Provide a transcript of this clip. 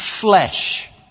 flesh